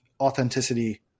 authenticity